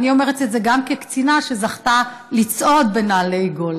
ואני אומרת את זה גם כקצינה שזכתה לצעוד בנעלי גולדה.